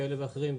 כאלה ואחרים,